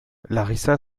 larisa